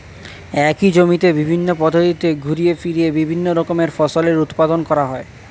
একই জমিতে বিভিন্ন পদ্ধতিতে ঘুরিয়ে ফিরিয়ে বিভিন্ন রকমের ফসলের উৎপাদন করা হয়